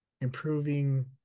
improving